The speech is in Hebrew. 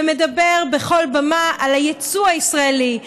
ומדבר בכל במה על היצוא הישראלי.